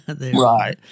Right